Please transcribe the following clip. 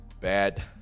bad